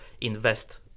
invest